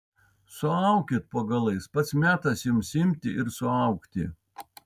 suaukit po galais pats metas jums imti ir suaugti